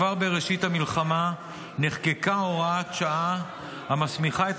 כבר בראשית המלחמה נחקקה הוראת השעה שמסמיכה את